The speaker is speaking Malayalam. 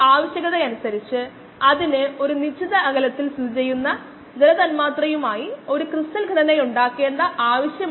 26 ഉം ആണ് അത് ഒരു പാർട്ട് ആയിരുന്നു നമുക്ക് ഇപ്പോഴും പാർട്ട് ബി ശേഷിക്കുന്നു